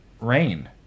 rain